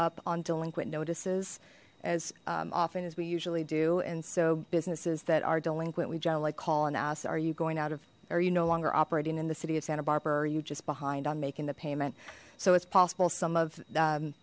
up on delinquent notices as often as we usually do and so businesses that are delinquent we generally call and ask are you going out of are you no longer operating in the city of santa barbara are you just behind on making the payment so it's possible some of the